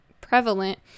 prevalent